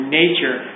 nature